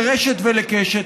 לרשת ולקשת?